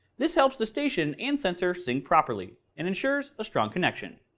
this helps the station and sensor sync properly and ensures a strong connection.